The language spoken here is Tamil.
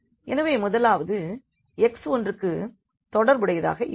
எனவே முதலாவது x1க்கு தொடர்புடையதாக இருக்கும்